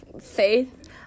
Faith